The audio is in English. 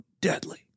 deadly